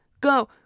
Go